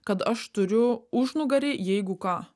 kad aš turiu užnugarį jeigu ką